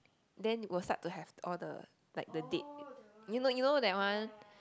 then will start to have all the like the dead you know you know that one